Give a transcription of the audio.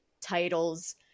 titles